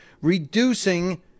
reducing